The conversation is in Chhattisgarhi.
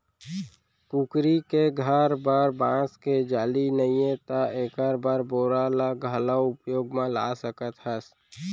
कुकरी के घर बर बांस के जाली नइये त एकर बर बोरा ल घलौ उपयोग म ला सकत हस